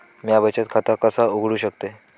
म्या बचत खाता कसा उघडू शकतय?